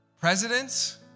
presidents